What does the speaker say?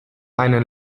einen